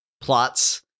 plots